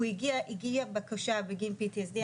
הגיעה בקשה בגין PTSD,